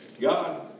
God